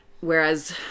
whereas